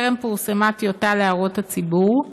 טרם פורסמה טיוטה להערות הציבור,